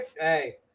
Hey